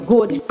Good